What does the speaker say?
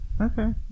Okay